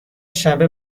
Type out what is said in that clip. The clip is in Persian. شنبه